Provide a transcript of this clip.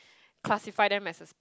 classify them as a